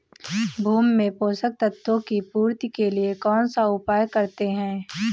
भूमि में पोषक तत्वों की पूर्ति के लिए कौनसा उपाय करते हैं?